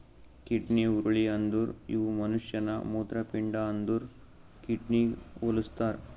kidney ಹುರುಳಿ ಅಂದುರ್ ಇವು ಮನುಷ್ಯನ ಮೂತ್ರಪಿಂಡ ಅಂದುರ್ ಕಿಡ್ನಿಗ್ ಹೊಲುಸ್ತಾರ್